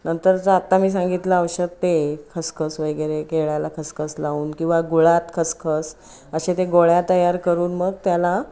नंतर जे आत्ता मी सांगितलं औषध ते खसखस वैगेरे केळ्याला खसखस लावून किंवा गुळात खसखस असे ते गोळ्या तयार करून मग त्याला